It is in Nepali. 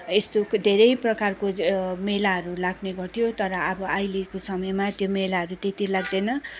यस्तोको धेरै प्रकारको ज मेलाहरू लाग्ने गर्थ्यो तर अब अहिलेको समयमा त्यो मेलाहरू त्यति लाग्दैन